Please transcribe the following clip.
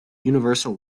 universal